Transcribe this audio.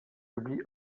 publient